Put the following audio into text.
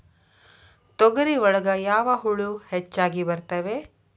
ತೊಗರಿ ಒಳಗ ಯಾವ ಹುಳ ಹೆಚ್ಚಾಗಿ ಬರ್ತವೆ?